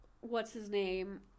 what's-his-name